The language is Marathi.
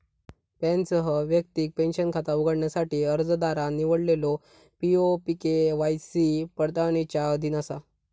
पॅनसह वैयक्तिक पेंशन खाता उघडण्यासाठी अर्जदारान निवडलेलो पी.ओ.पी के.वाय.सी पडताळणीच्या अधीन असा